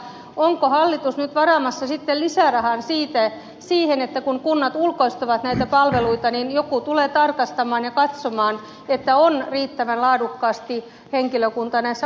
onko hallitus nyt varaamassa sitten lisärahan siihen että kun kunnat ulkoistavat näitä palveluita niin joku tulee tarkastamaan ja katsomaan että on riittävän laadukkaasti henkilökuntaa näissä ostopalveluissa